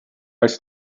als